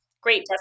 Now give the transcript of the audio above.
Great